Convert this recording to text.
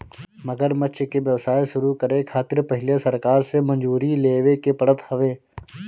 मगरमच्छ के व्यवसाय शुरू करे खातिर पहिले सरकार से मंजूरी लेवे के पड़त हवे